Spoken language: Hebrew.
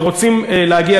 לא בספסלי הסיעות האחרות.